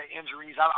injuries